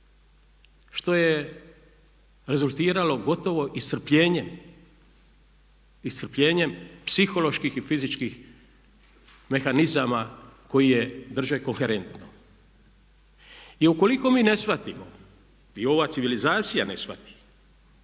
što je rezultiralo gotovo iscrpljenjem psiholoških i fizičkih mehanizama koji je drže koherentnom. I ukoliko mi ne shvatimo i ova civilizacija ne shvati